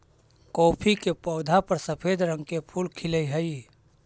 coffee के पौधा पर सफेद रंग के फूल खिलऽ हई